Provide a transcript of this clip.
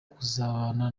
kuzabana